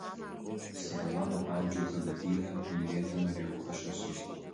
svajonę audžiau tada tylią mylėti norėjau aš visus